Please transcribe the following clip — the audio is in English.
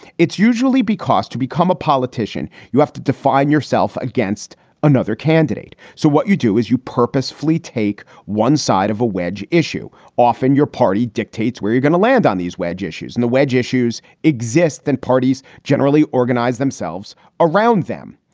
it's usually because to become a politician, you have to define yourself against another candidate. so what you do is you purposefully take one side of a wedge issue. often your party dictates where you're going to land on these wedge issues and the wedge issues exist than parties generally organize themselves around them.